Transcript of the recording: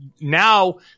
Now